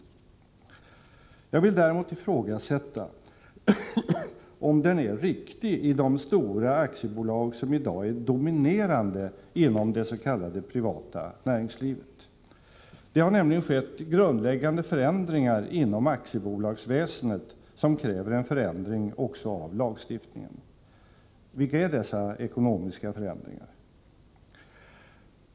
Jag vill däremot ifrågasätta om den är riktig i de stora aktiebolag som i dag är dominerande inom det s.k. privata näringslivet. Det har nämligen skett grundläggande förändringar inom aktiebolagsväsendet som kräver en förändring också av lagstiftningen. Vilka är då dessa ekonomiska förändringar?